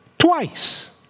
Twice